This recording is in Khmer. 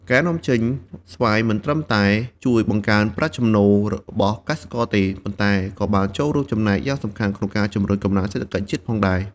ការនាំចេញស្វាយមិនត្រឹមតែជួយបង្កើនប្រាក់ចំណូលរបស់កសិករទេ ប៉ុន្តែក៏បានចូលរួមចំណែកយ៉ាងសំខាន់ក្នុងការជំរុញកំណើនសេដ្ឋកិច្ចជាតិផងដែរ។